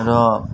र